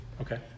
Okay